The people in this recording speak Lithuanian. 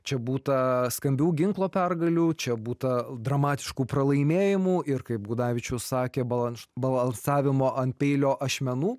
čia būta skambių ginklo pergalių čia būta dramatiškų pralaimėjimų ir kaip gudavičius sakė balanš balsavimo ant peilio ašmenų